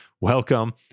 welcome